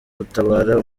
gutabara